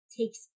takes